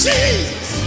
Jesus